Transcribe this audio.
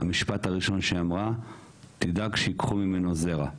המשפט הראשון שהיא אמרה 'תדאג שייקחו ממנו זרע'.